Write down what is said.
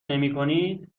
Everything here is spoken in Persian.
نمیکنید